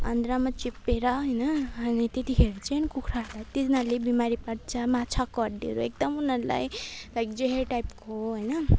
आन्द्रामा चिप्केर होइन अनि त्यतिखेर चाहिँ कुखुराहरूलाई तिनीहरूले बिमारी पार्छ माछाको हड्डीहरू एकदम उनीहरूलाई लाइक जहर टाइपको हो होइन